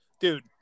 Dude